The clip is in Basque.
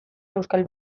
euskal